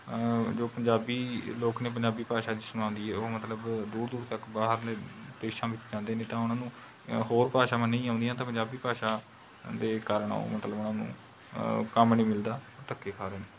ਜੋ ਪੰਜਾਬੀ ਲੋਕ ਨੇ ਪੰਜਾਬੀ ਭਾਸ਼ਾ ਜਿਸ ਨੂੰ ਆਉਂਦੀ ਹੈ ਉਹ ਮਤਲਬ ਦੂਰ ਦੂਰ ਤੱਕ ਬਾਹਰਲੇ ਦੇਸ਼ਾਂ ਵਿੱਚ ਜਾਂਦੇ ਨੇ ਤਾਂ ਉਹਨਾਂ ਨੂੰ ਹੋਰ ਭਾਸ਼ਾਵਾਂ ਨਹੀਂ ਆਉਂਦੀਆਂ ਤਾਂ ਪੰਜਾਬੀ ਭਾਸ਼ਾ ਦੇ ਕਾਰਨ ਉਹ ਮਤਲਬ ਉਹਨਾਂ ਨੂੰ ਕੰਮ ਨਹੀਂ ਮਿਲਦਾ ਧੱਕੇ ਖਾ ਰਹੇ ਨੇ